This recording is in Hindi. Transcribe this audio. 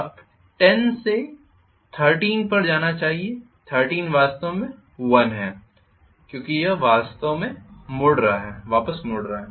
अब 10 से 13 पर जाना चाहिए 13 वास्तव में 1 है क्योंकि यह वापस मुड़ रहा है